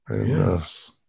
Yes